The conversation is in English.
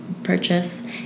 Purchase